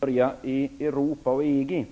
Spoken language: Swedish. Herr talman! Ja, vi skall skilja på Europa och EG.